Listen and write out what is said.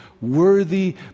worthy